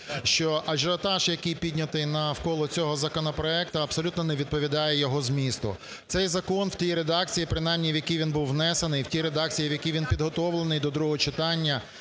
що ажіотаж, який піднятий навколо цього законопроекту, абсолютно не відповідає його змісту. Цей закон в тій редакції, принаймні в якій він був внесений, в тій редакції, в якій він підготовлений до другого читання,